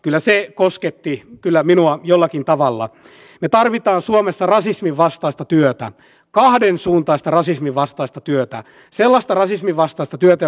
minusta se on kyllä suuri eurooppalainen linjaus että me nyt astumme aikaan jossa alueet ja itsehallintoalueet päättävät tietyistä asioista ja kunnat tietyistä asioista